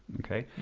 okay?